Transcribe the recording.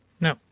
No